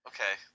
Okay